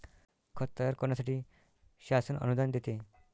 खत तयार करण्यासाठी शासन अनुदान देते